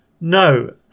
No